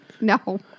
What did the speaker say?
No